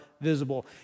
visible